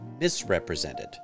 misrepresented